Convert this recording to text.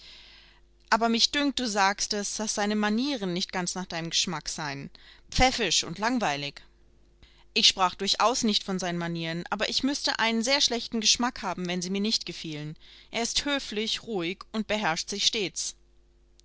aber mich dünkt du sagtest daß seine manieren nicht ganz nach deinem geschmack seien pfäffisch und langweilig ich sprach durchaus nicht von seinen manieren aber ich müßte einen sehr schlechten geschmack haben wenn sie mir nicht gefielen er ist höflich ruhig und beherrscht sich stets